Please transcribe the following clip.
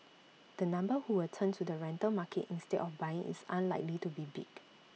the number who will turn to the rental market instead of buying is unlikely to be big